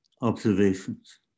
observations